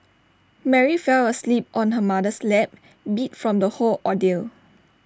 Mary fell asleep on her mother's lap beat from the whole ordeal